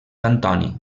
antoni